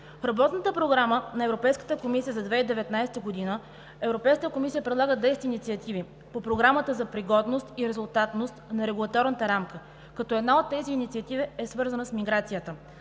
Работната програма на Европейската комисия за 2019 г. Европейската комисия предлага действия и инициативи по Програмата за пригодност и резултатност на регулаторната рамка, като една от тези инициативи е свързана с миграцията.